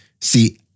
see